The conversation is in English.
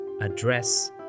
address